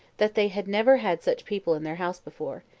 that they had never had such people in their house before,